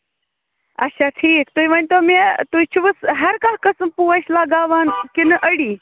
اَچھا ٹھیٖک تُہۍ ؤنۍ تو مےٚ تُہۍ چھِوٕ ہر کانٛہہ قٔسٕم پوش لگاوان کِنہٕ أڈی